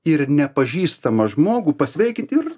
ir nepažįstamą žmogų pasveikinti ir